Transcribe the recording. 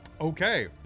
Okay